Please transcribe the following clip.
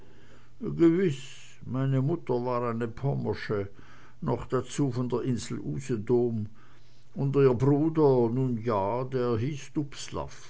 gewiß meine mutter war eine pommersche noch dazu von der insel usedom und ihr bruder nun ja der hieß